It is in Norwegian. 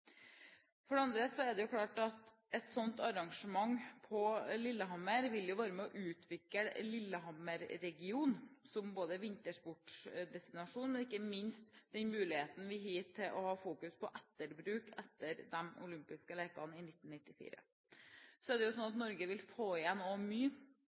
For det andre er det klart at et slikt arrangement på Lillehammer vil være med og utvikle Lillehammer-regionen som vintersportsdestinasjon, og ikke minst den muligheten vi har til å fokusere på etterbruk etter de olympiske leker i 1994. Så er det slik at Norge også vil få mye